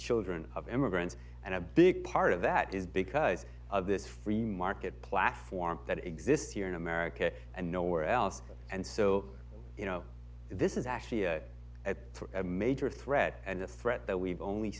children of immigrants and a big part of that is because of this free market platform that exists here in america and nowhere else and so you know this is actually at a major threat and a threat that we've only